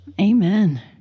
Amen